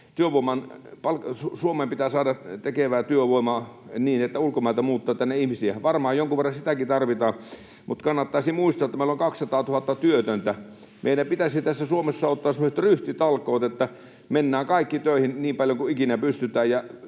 Suomeen pitää saada tekevää työvoimaa niin, että ulkomailta muuttaa tänne ihmisiä, ja varmaan jonkun verran sitäkin tarvitaan, niin kannattaisi muistaa, että meillä on 200 000 työtöntä. Meidän pitäisi Suomessa ottaa semmoiset ryhtitalkoot, että mennään kaikki töihin niin paljon kuin ikinä pystytään,